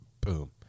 boom